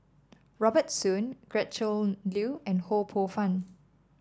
Robert Soon Gretchen Liu and Ho Poh Fun